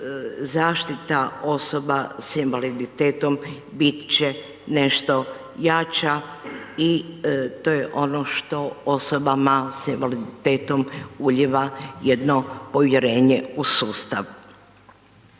zaštita osoba sa invaliditetom bit će nešto jača i to je ono što osobama sa invaliditetom ulijeva jedno povjerenje u sustav.